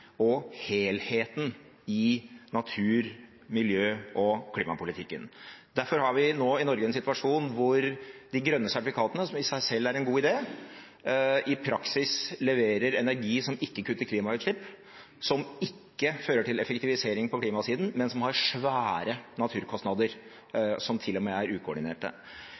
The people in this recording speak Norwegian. og helheten i natur-, miljø- og klimapolitikken. Derfor har vi nå i Norge en situasjon hvor de grønne sertifikatene, som i seg selv er en god idé, i praksis leverer energi som ikke kutter klimautslipp, som ikke fører til effektivisering på klimasiden, men som har svære naturkostnader som til og med er ukoordinerte.